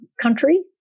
country